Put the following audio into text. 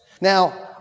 Now